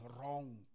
wrong